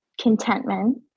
contentment